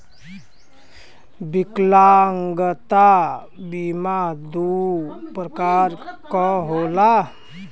विकलागंता बीमा दू प्रकार क होला